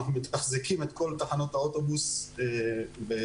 אנחנו מתחזקים את כל תחנות האוטובוס ברשויות,